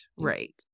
Right